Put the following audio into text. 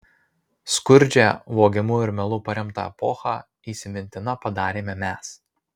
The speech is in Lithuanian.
skurdžią vogimu ir melu paremtą epochą įsimintina padarėme mes